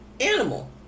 animal